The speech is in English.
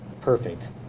perfect